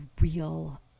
real